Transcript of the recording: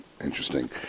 Interesting